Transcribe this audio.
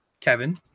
kevin